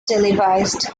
televised